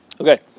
Okay